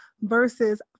versus